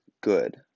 good